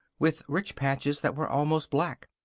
with rich patches that were almost black.